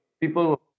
people